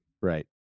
Right